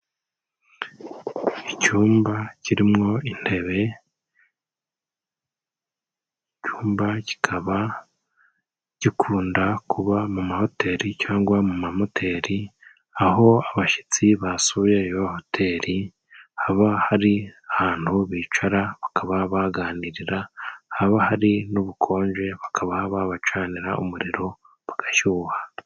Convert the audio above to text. Icyumba kirimo intebe, icyumba kikaba gikunda kuba mu mahoteri cyangwa mu mamoteri, aho abashitsi basuye iyo hoteri, haba hari ahantu bicara bakaba baganirira, haba hari n'ubukonje bakaba babacanira umuriro bagashuha.